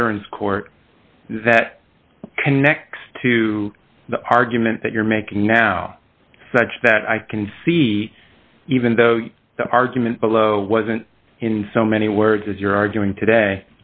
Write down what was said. veterans court that connects to the argument that you're making now such that i can see even though the argument below wasn't in so many words as you're arguing today